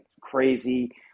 crazy